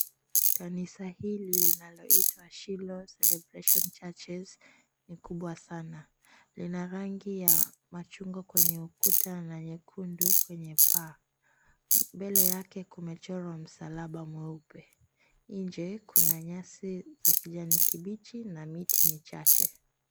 Kanisa hili linaloitwa "Shiloh Celebration Churches" ni kubwa sana. Lina rangi ya machungwa kwenye ukuta na nyekundu kwenye paa. Mbele yake kumechorwa msalaba mweupe. Nje kuna nyasi za kijani kibichi na miti michache.